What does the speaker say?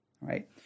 right